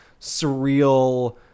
surreal